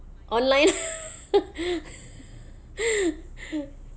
online